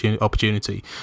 opportunity